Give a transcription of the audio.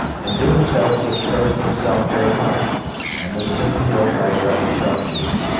in doing so he exposed himself very much and was soon killed by a rebel sharpshooter.